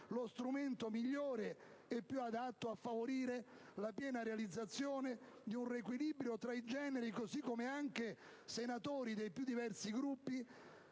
lo strumento migliore e più adatto a favorire la piena realizzazione di un riequilibrio tra i generi, così come anche senatori dei più diversi Gruppi